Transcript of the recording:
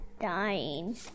dying